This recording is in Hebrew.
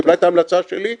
קיבלה את ההמלצה שלי,